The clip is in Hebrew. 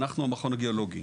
אנחנו המכון הגיאולוגי.